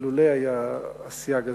אילולא היה הסייג הזה,